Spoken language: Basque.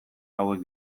hauek